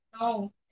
No